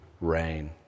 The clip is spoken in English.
rain